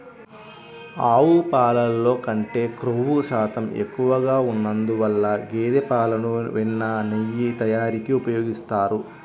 ఆవు పాలల్లో కంటే క్రొవ్వు శాతం ఎక్కువగా ఉన్నందువల్ల గేదె పాలను వెన్న, నెయ్యి తయారీకి ఉపయోగిస్తారు